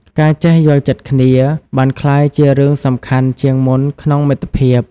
ការចេះយល់ចិត្តគ្នា បានក្លាយជារឿងសំខាន់ជាងមុនក្នុងមិត្តភាព។